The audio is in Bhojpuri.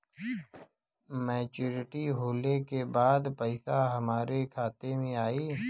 मैच्योरिटी होले के बाद पैसा हमरे खाता में आई?